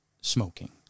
smoking